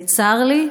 וצר לי,